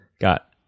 got